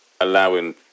allowing